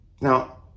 Now